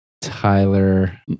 Tyler